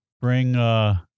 Bring